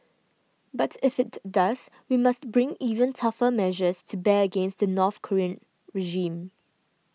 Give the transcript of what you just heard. but if it does we must bring even tougher measures to bear against the North Korean regime